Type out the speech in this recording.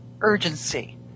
urgency